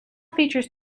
features